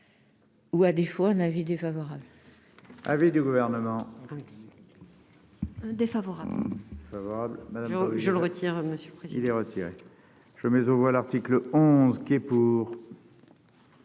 ou à défaut un avis défavorable.